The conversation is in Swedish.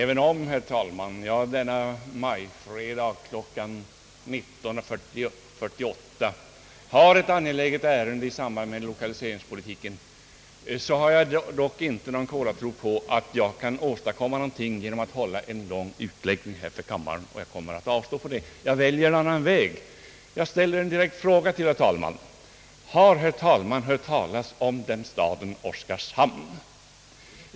Herr talman! Även om jag denna majfredag klockan 19.48 har ett angeläget ärende i samband med lokaliseringspolitiken, hyser jag dock inte någon kolartro på att jag kan åstadkomma någonting genom att hålla en lång utläggning inför kammaren. Jag kommer därför att avstå från det. Jag väljer en annan väg och ställer en direkt fråga till herr talmannen. Har herr talmannen hört talas om den staden Oskarshamn?